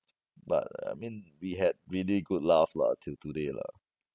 but I mean we had really good laugh lah till today lah